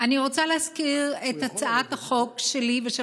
אני רוצה להזכיר את הצעת החוק שלי ושל